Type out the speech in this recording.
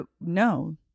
no